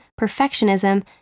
perfectionism